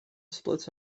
split